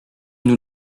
nous